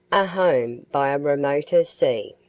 a home by a remoter sea.